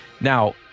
Now